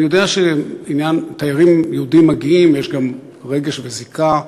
אני יודע שתיירים יהודים מגיעים, יש גם רגש וזיקה.